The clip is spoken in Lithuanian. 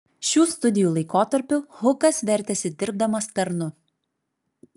šių studijų laikotarpiu hukas vertėsi dirbdamas tarnu